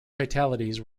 fatalities